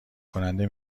کننده